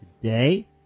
today